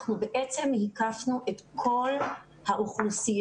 אנחנו בעצם היקפנו את כל האוכלוסיות.